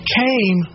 came